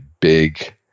big